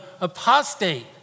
apostate